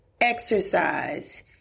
exercise